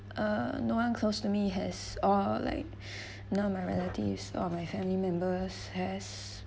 uh no one close to me has or like now my relatives are my family members has